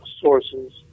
sources